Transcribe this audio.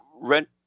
rent